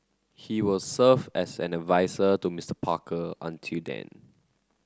he will serve as an adviser to Mister Parker until then